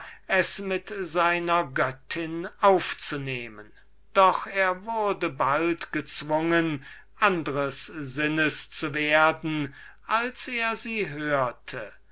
es mit seiner göttin aufzunehmen allein er wurde bald gezwungen anders sinnes zu werden als er sie hörte